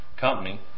company